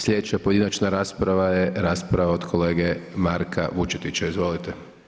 Slijedeća pojedinačna rasprava je rasprava od kolege Marka Vučetića, izvolite.